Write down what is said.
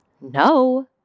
No